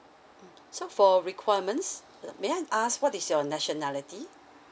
mm so for requirements uh may I ask what is your nationality